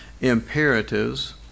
imperatives